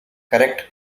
correct